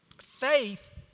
Faith